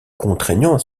contraignant